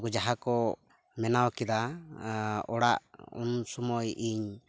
ᱩᱱᱠᱩ ᱡᱟᱦᱟᱸᱠᱚ ᱵᱮᱱᱟᱣ ᱠᱮᱫᱟ ᱚᱲᱟᱜ ᱩᱱᱥᱚᱢᱚᱭ ᱤᱧ